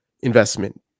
investment